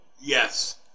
yes